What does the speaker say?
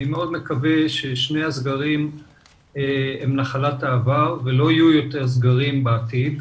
אני מאוד מקווה ששני הסגרים הם נחלת העבר ושלא יהיו יותר סגרים בעתיד,